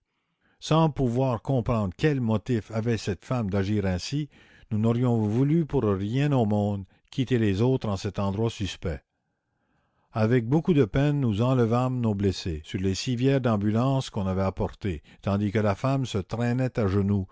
sans pouvoir comprendre quel motif avait cette femme d'agir ainsi nous n'aurions voulu pour rien au monde quitter les autres en cet endroit suspect avec beaucoup de peine nous enlevâmes nos blessés sur les civières d'ambulance qu'on avait apportées tandis que la femme se traînait à genoux